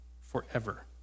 forever